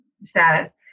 status